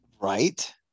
Right